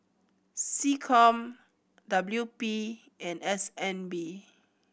SecCom W P and S N B